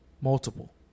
multiple